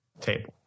table